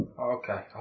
Okay